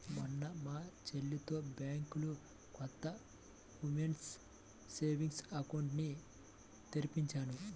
మొన్న మా చెల్లితో బ్యాంకులో కొత్త ఉమెన్స్ సేవింగ్స్ అకౌంట్ ని తెరిపించాను